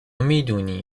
میدونی